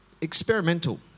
experimental